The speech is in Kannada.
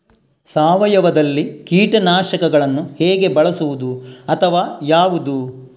ಸಾವಯವದಲ್ಲಿ ಕೀಟನಾಶಕವನ್ನು ಹೇಗೆ ಬಳಸುವುದು ಅಥವಾ ಯಾವುದು?